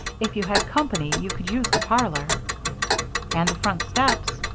if you had company you could use the parlor and the front steps,